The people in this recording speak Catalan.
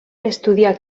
estudià